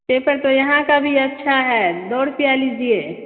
paper تو یہاں کا بھی اچھا ہے دو روپیہ لیجیے